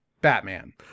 Batman